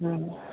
ம்